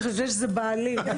אני חושבת שזה בעלי.